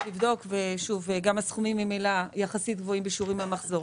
לבדוק וגם הסכומים ממילא גבוהים יחסית בשיעורים מן המחזור.